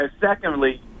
Secondly